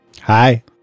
Hi